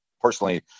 personally